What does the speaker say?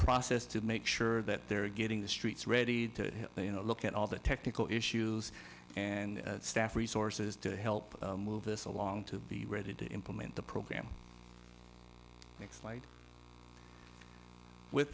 process to make sure that they're getting the streets ready to look at all the technical issues and staff resources to help move this along to be ready to implement the program next light with